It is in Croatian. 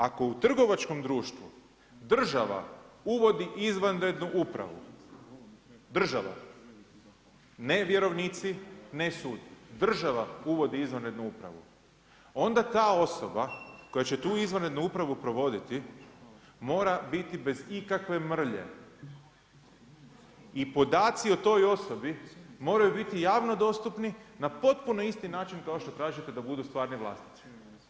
Ako u trgovačkom društvu država uvodi izvanrednu upravu, država, ne vjerovnici, ne sud, država uvodi izvanrednu upravu, onda ta osoba koja će tu izvanrednu upravu provoditi, mora biti bez ikakve mrlje i podaci o toj osobi moraju biti javno dostupni na potpuno isti način kao što kažete da budu stvarni vlasnici.